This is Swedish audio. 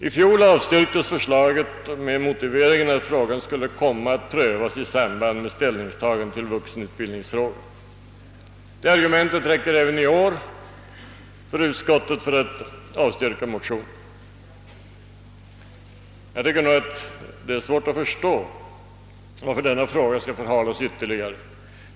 I fjol avstyrktes förslaget med motivering att frågan skulle komma att prövas i samband med ställningstagande till vuxenutbildningsfrågan. Argumentet räcker även i år till för utskottet för att avstyrka motionen. Jag tycker att det är svårt att förstå varför dena fråga skall förhalas ytterligare.